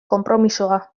konpromisoa